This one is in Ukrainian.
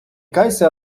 кайся